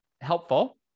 helpful